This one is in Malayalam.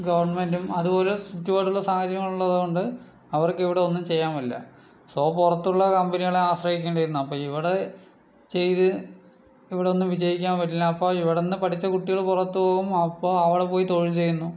ഗവണ്മെന്റും അതുപോലെ ബുദ്ധിമുട്ടുള്ള സാഹചര്യം ഉള്ളത് കൊണ്ട് അവർക്ക് ഇവിടെ ഒന്നും ചെയ്യാൻ പറ്റില്ല സോ പുറത്തുള്ള കമ്പനികളെ ആശ്രയിക്കേണ്ടി വരും നമ്മള് ഇവിടെ ചെയ്ത് ഇവിടെ ഒന്ന് വിജയിക്കാൻ പറ്റില്ല അപ്പം ഇവിടന്ന് പഠിച്ച കുട്ടികള് പുറത്ത് പോകും അപ്പോൾ അവിടെ പോയി തൊഴിൽ ചെയ്യുന്നു